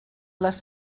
les